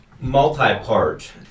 multi-part